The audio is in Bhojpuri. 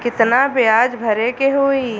कितना ब्याज भरे के होई?